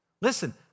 Listen